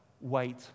wait